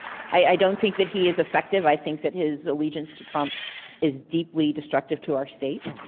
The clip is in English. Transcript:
i don't think that he is effective. i think that his allegiance to trump is deeply destructive to our state,